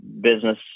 business